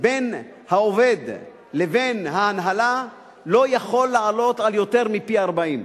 בין העובד לבין ההנהלה עולה על יותר מפי-40,